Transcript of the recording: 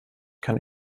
kann